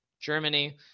Germany